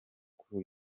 kuri